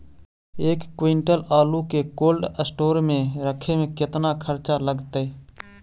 एक क्विंटल आलू के कोल्ड अस्टोर मे रखे मे केतना खरचा लगतइ?